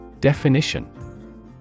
Definition